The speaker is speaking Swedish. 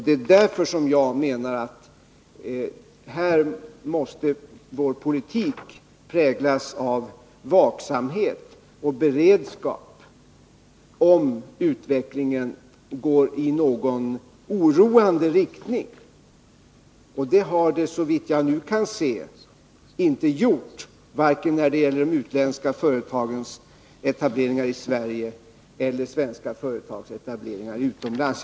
Det är därför som jag menar att vår politik måste präglas av vaksamhet och beredskap, för att vi skall se om utvecklingen går i någon oroande riktning. Det har den inte gjort, såvitt jag nu kan se, vare sig när det gäller de utländska företagens etableringar i Sverige eller svenska företags etableringar utomlands.